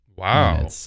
Wow